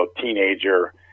teenager